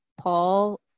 Paul